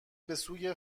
بسوی